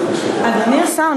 אדוני השר,